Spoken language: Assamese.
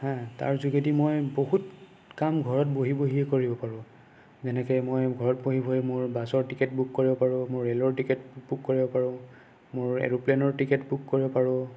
হে তাৰ যোগেদি মই বহুত কাম ঘৰত বহি বহিয়ে কৰিব পাৰোঁ যেনেকৈ মই ঘৰত বহি বহি মোৰ বাছৰ টিকেট বুক কৰিব পাৰোঁ মোৰ ৰেলৰ টিকেট বুক কৰিব পাৰোঁ মোৰ এৰ'প্লেনৰ টিকেট বুক কৰিব পাৰোঁ